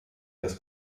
des